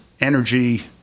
energy